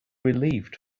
relieved